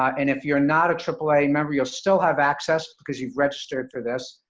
and if you're not a aaa member, you'll still have access, because you've registered for this,